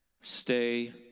Stay